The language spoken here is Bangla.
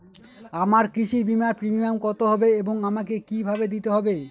আমার কৃষি বিমার প্রিমিয়াম কত হবে এবং আমাকে কি ভাবে দিতে হবে?